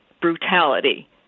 brutality